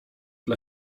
dla